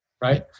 Right